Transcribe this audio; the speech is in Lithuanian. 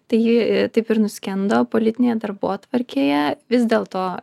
tai ji taip ir nuskendo politinėje darbotvarkėje vis dėlto